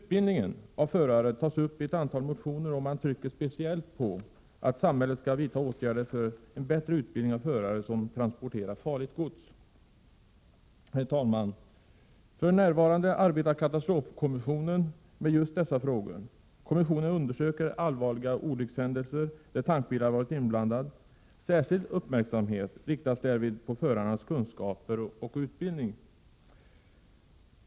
Utbildningen av förare tas uppi ett antal motioner, där man speciellt trycker på att samhället skall vidta åtgärder för en bättre utbildning av dem som framför fordon med last av farligt gods. Herr talman! För närvarande arbetar katastrofkommissionen med just dessa frågor. Kommissionen undersöker allvarliga olyckshändelser, där tankbilar varit inblandade. Särskild uppmärksamhet riktas därvid på förarnas kunskaper och utbildning.